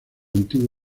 antiguo